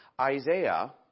Isaiah